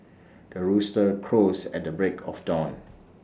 the rooster crows at the break of dawn